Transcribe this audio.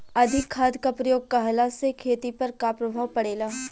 अधिक खाद क प्रयोग कहला से खेती पर का प्रभाव पड़ेला?